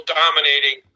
dominating